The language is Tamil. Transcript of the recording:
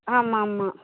ஆமாம் ஆமாம்